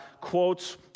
quotes